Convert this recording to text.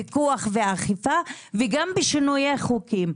משנים תרבות בפיקוח ואכיפה וגם בשינויי החוקים,